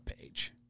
page